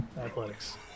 Athletics